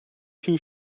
too